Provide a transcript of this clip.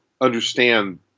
understand